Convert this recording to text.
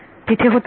तिथे होता हा